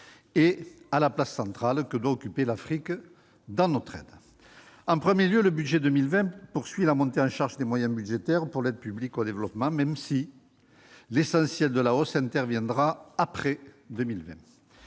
et à la place centrale de l'Afrique dans notre aide. En premier lieu, le projet de budget pour 2020 poursuit la montée en charge des moyens budgétaires en faveur de l'aide publique au développement, même si l'essentiel de la hausse interviendra après 2020.